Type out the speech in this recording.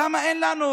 למה אין לנו